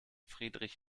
friedrich